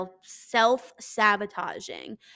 self-sabotaging